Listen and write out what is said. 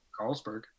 Carlsberg